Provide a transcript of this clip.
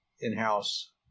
in-house